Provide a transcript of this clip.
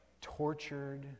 Tortured